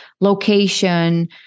location